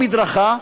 המדרכה,